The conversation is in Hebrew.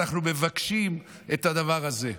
אנחנו מבקשים את הדבר הזה.